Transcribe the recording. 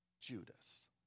Judas